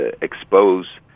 expose